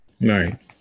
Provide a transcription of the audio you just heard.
Right